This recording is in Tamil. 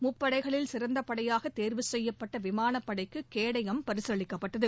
முப்படைகளில் சிறந்த படையாக தேர்வு செய்யப்பட்ட விமானப்படைக்கு கேடயம் பரிசளிக்கப்பட்டது